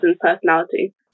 personality